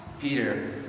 Peter